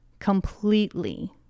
completely